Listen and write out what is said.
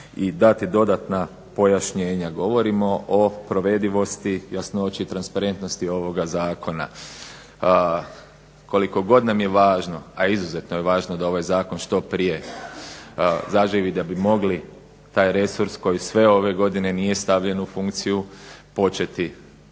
i dati dodatna pojašnjenja. Govorimo o provedivosti, jasnoći i transparentnosti ovoga zakona. Koliko god nam je važno, a izuzetno je važno da ovaj zakon što prije zaživi da bi mogli taj resurs koji sve ove godine nije stavljen u funkciju početi